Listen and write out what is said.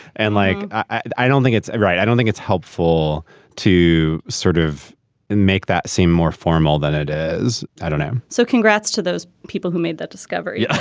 and like, i don't think it's right. i don't think it's helpful to sort of and make that seem more formal than it is. i don't know so congrats to those people who made that discovery yeah